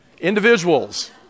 Individuals